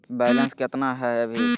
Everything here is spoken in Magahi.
बैलेंस केतना हय अभी?